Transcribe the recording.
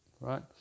right